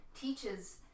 teaches